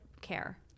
care